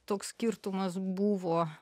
toks skirtumas buvo